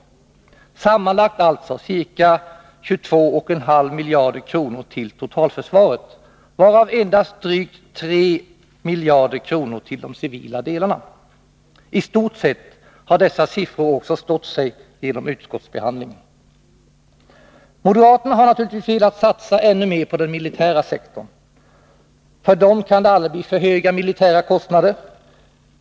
Sammanlagt alltså ca 22,5 miljarder till totalförsvaret, varav endast drygt 3 miljarder till de civila delarna. I stort sett har dessa siffror också stått sig genom utskottsbehandlingen. Moderaterna har naturligtvis velat satsa ännu mer på den militära sektorn. För dem kan det aldrig bli för höga militära kostnader.